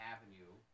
Avenue